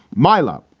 milo.